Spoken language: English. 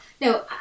no